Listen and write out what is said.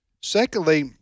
Secondly